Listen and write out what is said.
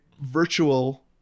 virtual